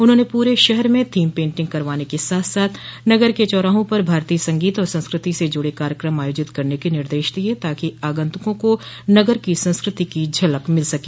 उन्होंने पुरे शहर में थीम पेंटिंग करवाने के साथ साथ नगर के चौराहों पर भारतीय संगीत और संस्कति से जुड़े कार्यक्रम आयोजित करने के निर्देश दिये ताकि आंगुतकों को नगर की संस्कृति की झलक मिल सके